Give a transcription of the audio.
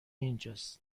اینجاس